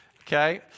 Okay